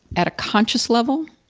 at a conscious level,